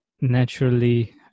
naturally